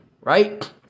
right